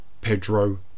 Pedro